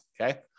okay